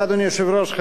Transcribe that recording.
אדוני היושב-ראש,